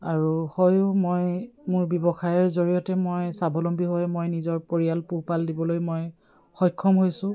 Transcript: আৰু হয়ো মই মোৰ ব্যৱসায়ৰ জৰিয়তে মই স্বাৱলম্বী হৈ মই নিজৰ পৰিয়াল পোহপাল দিবলৈ মই সক্ষম হৈছোঁ